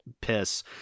piss